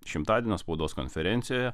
šimtadienio spaudos konferencijoje